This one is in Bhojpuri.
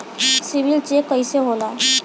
सिबिल चेक कइसे होला?